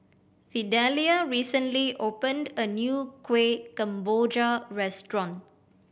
Fidelia recently opened a new Kueh Kemboja restaurant